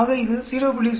ஆக இது 0